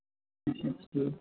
اَچھا ٹھیٖک